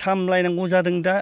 सामलायनांगौ जादों दा